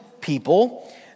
people